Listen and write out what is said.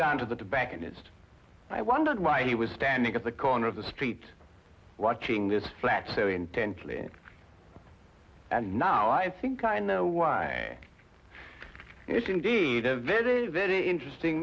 down to the tobacconist i wondered why he was standing at the corner of the street watching this flat so intently and now i think i know why it's indeed a very very interesting